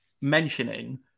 mentioning